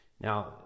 Now